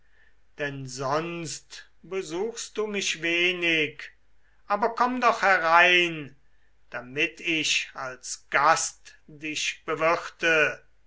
denn sonst besuchst du mich wenig aber komm doch herein damit ich als gast dich bewirte